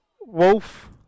Wolf